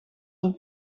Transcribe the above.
door